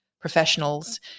professionals